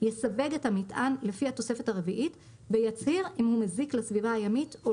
יסווג את המטען לפי התוספת הרביעית ויצהיר אם הוא מזיק לסביבה הימית או